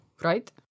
right